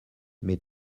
mais